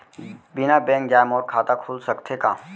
बिना बैंक जाए मोर खाता खुल सकथे का?